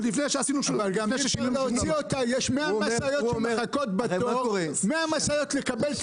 לפני שעשינו --- יש 100 משאיות שמחכות בתור לקבל את